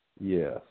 Yes